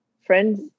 friends